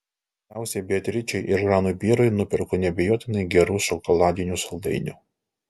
galiausiai beatričei ir žanui pjerui nuperku neabejotinai gerų šokoladinių saldainių